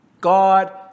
God